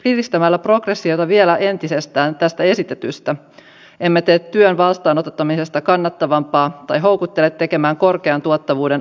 kiristämällä progressiota vielä entisestään tästä esitetystä emme tee työn vastaanottamisesta kannattavampaa tai houkuttele tekemään korkean tuottavuuden asiantuntijatyötä enemmän